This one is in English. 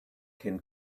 can